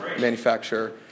manufacture